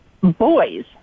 boys